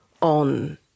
on